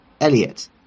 Elliot